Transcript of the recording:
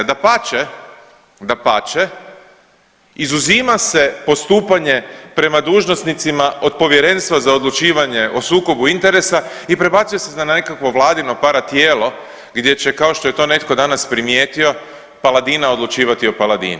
Dapače, dapače izuzima se postupanje prema dužnosnicima od Povjerenstva za odlučivanje o sukobu interesa i prebacuje se na nekakvo Vladino para tijelo gdje će kao što je to netko danas primijetio Paladina odlučivati o Paladini.